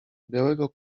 białego